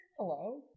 hello